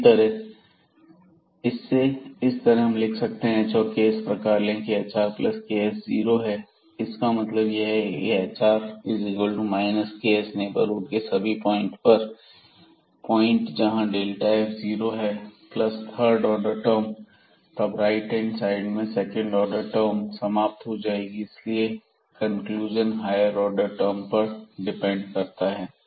इससे इस तरह लिख सकते हैं यदि हम h और k इस प्रकार ले की hrks जीरो है इसका मतलब यह है hr ks नेबरहुड के सभी पॉइंट जहां f जीरो है प्लस थर्ड ऑर्डर टर्म तब राइट हैंड साइड में सेकंड ऑर्डर टर्म समाप्त हो जाएंगी और इसीलिए कंक्लुजन हायर ऑर्डर टर्म पर डिपेंड करता है